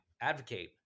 advocate